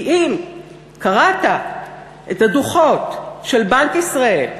כי אם קראת את הדוחות של בנק ישראל,